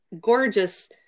gorgeous